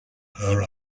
her